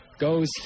goes